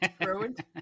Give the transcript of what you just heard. ruined